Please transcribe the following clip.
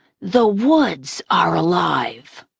the woods are alive